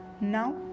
Now